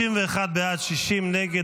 51 בעד, 60 נגד.